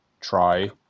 try